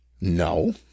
No